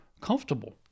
comfortable